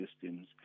systems